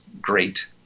great